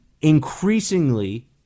increasingly